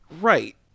Right